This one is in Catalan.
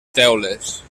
teules